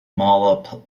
mala